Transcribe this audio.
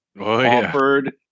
offered